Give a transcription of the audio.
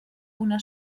una